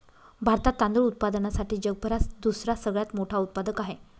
भारतात तांदूळ उत्पादनासाठी जगभरात दुसरा सगळ्यात मोठा उत्पादक आहे